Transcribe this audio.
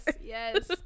yes